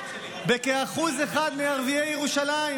בכ-1% מערביי ירושלים.